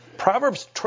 Proverbs